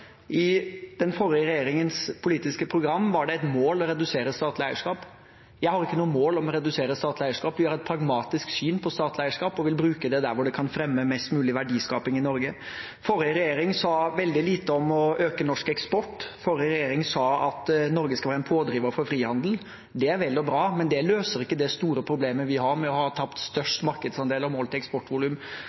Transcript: I den forrige regjeringens politiske program var det et mål å redusere statlig eierskap. Jeg har ikke noe mål om å redusere statlig eierskap. Vi har et pragmatisk syn på statlig eierskap og vil bruke det der det kan fremme mest mulig verdiskaping i Norge. Forrige regjering sa veldig lite om å øke norsk eksport. Forrige regjering sa at Norge skal være en pådriver for frihandel. Det er vel og bra, men det løser ikke det store problemet vi har med å ha tapt flest markedsandeler målt i eksportvolum